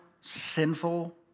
sinful